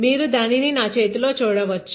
మీరు దానిని నా చేతిలో చూడవచ్చు